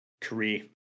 career